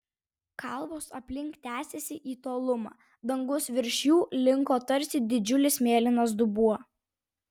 kalvos aplink tęsėsi į tolumą dangus virš jų linko tarsi didžiulis mėlynas dubuo